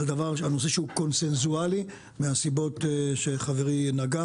בנושא שהוא קונצנזואלי מהסיבות שחברי ציין.